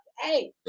Hey